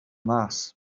mas